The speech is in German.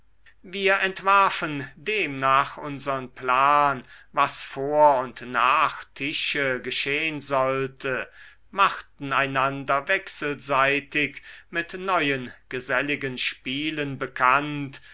wir entwarfen demnach unsern plan was vor und nach tische geschehn sollte machten einander wechselseitig mit neuen geselligen spielen bekannt